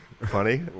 funny